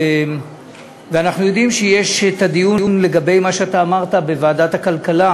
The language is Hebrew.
ואנחנו יודעים שיש דיון לגבי מה שאתה אמרת בוועדת הכלכלה,